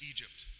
Egypt